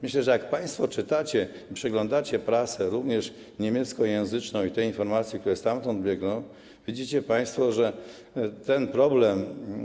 Myślę, że jak państwo czytacie i przeglądacie prasę, również niemieckojęzyczną, i te informacje, które stamtąd płyną, widzicie państwo, że ten problem.